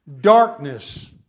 Darkness